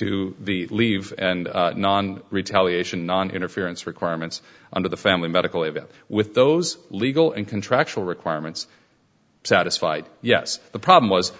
to the leave and non retaliation noninterference requirements under the family medical leave with those legal and contractual requirements satisfied yes the problem was